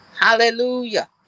Hallelujah